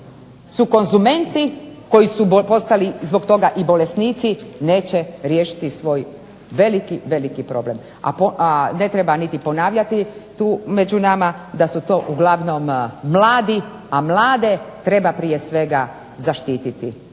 su konzumenti, koji su postali zbog toga i bolesnici neće riješiti svoj veliki, veliki problem, a ne treba niti ponavljati tu među nama da su to uglavnom mladi, a mlade treba prije svega zaštiti,